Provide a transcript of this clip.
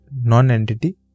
non-entity